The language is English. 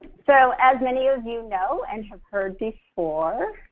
so as many of you know and have heard before,